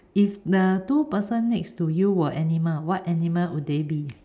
if the two person next to you were animal what animal would they be